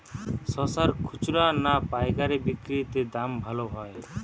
শশার খুচরা না পায়কারী বিক্রি তে দাম ভালো হয়?